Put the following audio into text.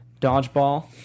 Dodgeball